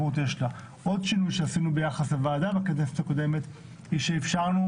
עוד שינוי שעשינו ביחס לוועדה בכנסת הקודמת הוא שאפשרנו